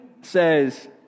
says